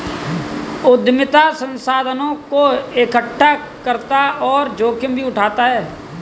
उद्यमिता संसाधनों को एकठ्ठा करता और जोखिम भी उठाता है